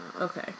okay